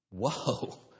Whoa